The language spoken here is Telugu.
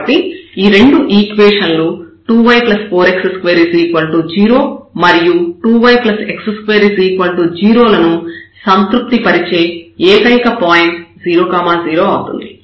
కాబట్టి ఈ రెండు ఈక్వేషన్ లు 2 y4 x2 0 మరియు 2 yx2 0 లను సంతృప్తి పరిచే ఏకైక పాయింట్ 0 0 అవుతుంది